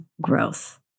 growth